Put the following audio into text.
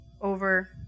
over